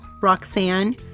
Roxanne